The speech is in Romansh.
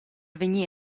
vegnir